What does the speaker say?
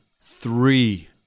Three